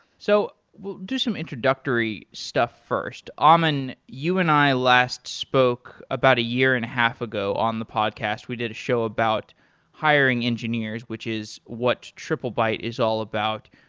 so we'll do some introductory stuff first. ah ammon, you and i last spoke about a year and a half ago on the podcast. we did a show about hiring engineers which is what triplebyte is all about.